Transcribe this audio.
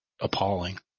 Appalling